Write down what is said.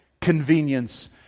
convenience